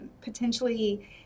potentially